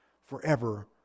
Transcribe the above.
forever